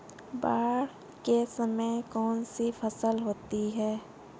बाढ़ के समय में कौन सी फसल होती है?